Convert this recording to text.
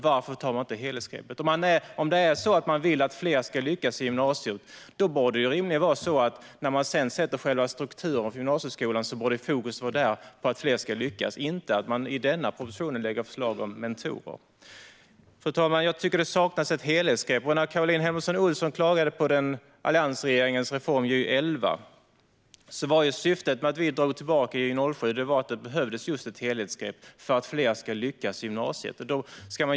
Om man vill att fler ska lyckas i gymnasiet borde fokus vara på strukturen för gymnasieskolan, inte att i denna proposition lägga fram förslag om mentorer. Fru talman! Jag tycker att det saknas ett helhetsgrepp. Caroline Helmersson Olsson klagade på alliansregeringens reform Gy 2011. Syftet med att vi drog tillbaka Gy 2007 var att det behövdes ett helhetsgrepp för att fler ska lyckas i gymnasiet.